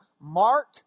Mark